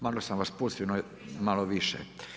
Malo sam vas pustio malo više.